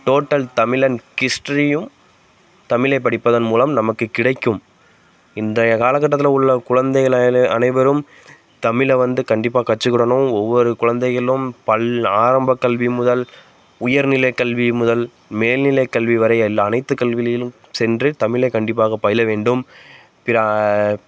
total தமிழன் கிஸ்ட்ரியும் தமிழை படிப்பதன் மூலம் நமக்கு கிடைக்கும் இன்றைய காலகட்டத்தில் உள்ள குழந்தைகள அனைவரும் தமிழை வந்து கண்டிப்பாக கற்றுக்கிடணும் ஒவ்வொரு குழந்தைகளும் பல் ஆரம்பக் கல்வி முதல் உயர்நிலைக் கல்வி முதல் மேல்நிலைக் கல்விவரை எல் அனைத்துக் கல்விலிலும் சென்று தமிழை கண்டிப்பாக பயில வேண்டும் பிற